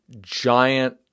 giant